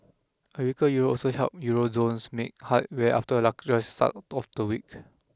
a weaker Euro also helped Euro zones make headway after a lacklustre start off to week